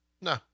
No